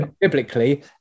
biblically